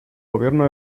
gobierno